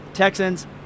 Texans